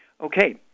Okay